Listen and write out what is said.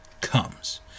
comes